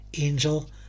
Angel